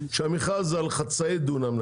כשהמכרז הוא על חצאי דונם,